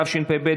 התשפ"ב,